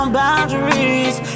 boundaries